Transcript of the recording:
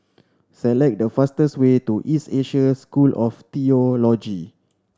select the fastest way to East Asia School of Theology